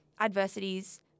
adversities